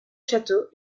château